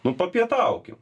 nu papietaukim